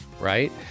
right